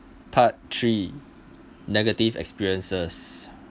part three negative experiences